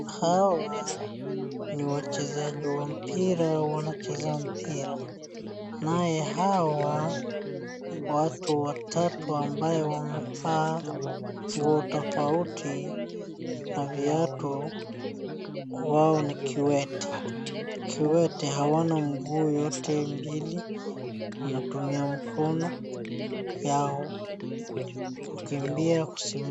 Hawa ni wachezaji wa mpira wanacheza mpira, naye hawa watu watatu ambaye wamevaa nguo tofauti na viatu wao ni kiwete. Kiwete hawana mguu yote mbili wanatumia mkono yao kukimbia, kusimama.